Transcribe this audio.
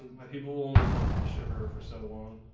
my people only live with the shit river for so long